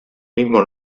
mismo